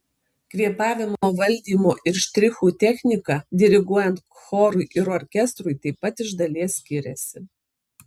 kvėpavimo valdymo ir štrichų technika diriguojant chorui ir orkestrui taip pat iš dalies skiriasi